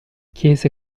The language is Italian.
chiese